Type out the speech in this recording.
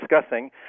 discussing